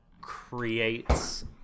creates